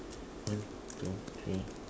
one two three